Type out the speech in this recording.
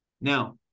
Now